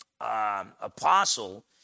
apostle